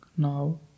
Now